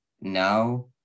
now